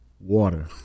Water